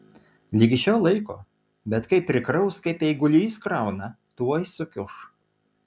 ligi šiol laiko bet kai prikraus kaip eigulys krauna tuoj sukiuš